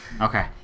Okay